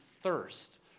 thirst